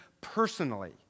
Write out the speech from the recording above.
personally